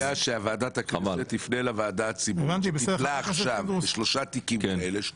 אני מציע שוועדת הכנסת תפנה לועד הציבורית שטיפלה עכשיו ב-3 תיקים כאלה.